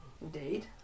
Indeed